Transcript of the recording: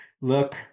look